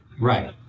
Right